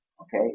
okay